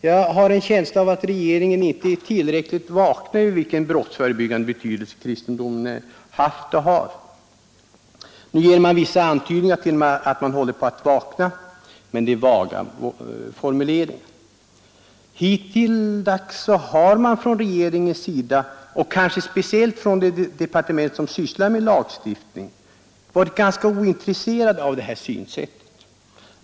Jag har en känsla av att regeringen inte är tillräckligt vaken när det gäller den brottsförebyggande betydelse kristendomen haft och har. Nu ges det vissa antydningar om att regeringen håller på att vakna — men det är vaga formuleringar. Hittilldags har man från regeringens sida, och kanske speciellt från det departement som sysslar med lagstiftning, varit ganska ointresserad av det här synsättet.